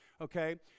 Okay